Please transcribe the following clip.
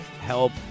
help